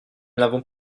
l’avons